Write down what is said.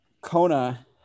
Kona